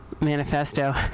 manifesto